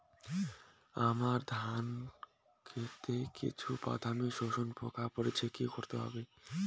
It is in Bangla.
আমার ধন খেতে কিছু বাদামী শোষক পোকা পড়েছে কি করতে হবে?